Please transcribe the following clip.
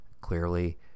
clearly